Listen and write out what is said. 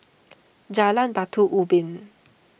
Jalan Batu Ubin